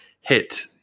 hit